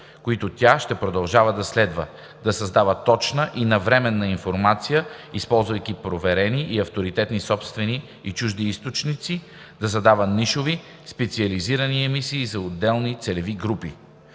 които тя ще продължава да следва: да създава точна и навременна информация, използвайки проверени и авторитетни собствени и чужди източници; да създава нишови, специализирани емисии за отделни целеви групи.